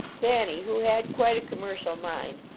thanny, who had quite a commercial mind,